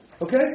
Okay